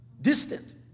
distant